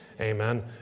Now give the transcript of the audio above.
Amen